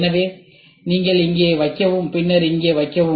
எனவே நீங்கள் இங்கே வைக்கவும் பின்னர் இங்கே வைக்கவும்